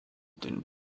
den